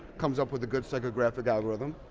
comes up with a good psychographic algorithm,